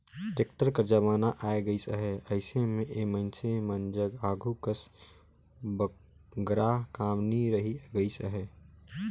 tractor कर जमाना आए गइस अहे, अइसे मे ए मइनसे मन जग आघु कस बगरा काम नी रहि गइस अहे